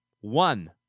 One